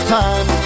time